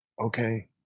okay